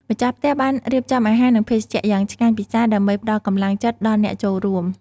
ម្ចាស់ផ្ទះបានរៀបចំអាហារនិងភេសជ្ជៈយ៉ាងឆ្ងាញ់ពិសាដើម្បីផ្តល់កម្លាំងចិត្តដល់អ្នកចូលរួម។